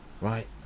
Right